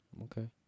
Okay